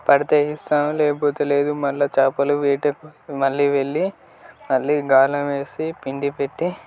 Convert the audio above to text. పడితే ఇస్తాము లేకపోతే లేదు మళ్ళీ చేపల వేటకు మళ్ళీ వెళ్లి మళ్ళీ గాలం వేసి పిండి పెట్టి